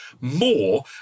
more